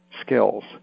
skills